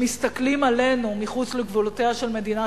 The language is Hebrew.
שמסתכלים עלינו מחוץ לגבולותיה של מדינת